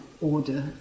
order